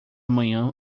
manhã